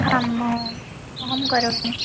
आम् अहं करोमि